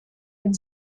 and